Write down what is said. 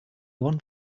one